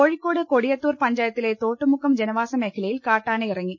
കോഴിക്കോട് കൊടിയത്തൂർ പഞ്ചായത്തിലെ തോട്ടുമുക്കം ജനവാസ മേഖലയിൽ കാട്ടാനയിറങ്ങി